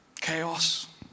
Chaos